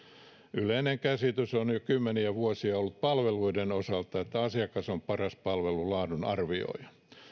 yleinen käsitys on kymmeniä vuosia ollut palveluiden osalta että asiakas on paras palvelun laadun arvioija